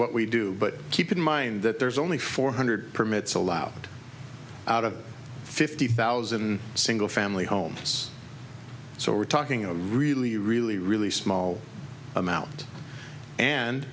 what we do but keep in mind that there's only four hundred permits allowed out of fifty thousand single family homes so we're talking a really really really small amount and